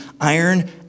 iron